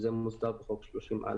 שזה נמצא בחוק 30(א).